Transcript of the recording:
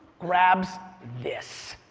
grabs this.